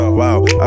wow